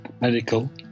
medical